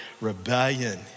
rebellion